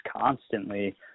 constantly